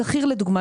כאשר שכיר לדוגמה,